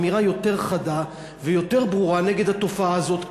אמירה יותר חדה ויותר ברורה נגד התופעה הזאת,